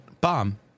bomb